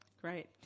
great